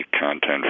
content